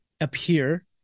appear